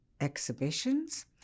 exhibitions